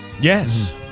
Yes